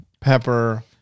pepper